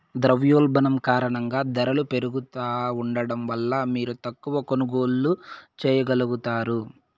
ద్రవ్యోల్బణం కారణంగా దరలు పెరుగుతా ఉండడం వల్ల మీరు తక్కవ కొనుగోల్లు చేయగలుగుతారు